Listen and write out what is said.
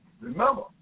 Remember